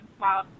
wow